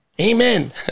Amen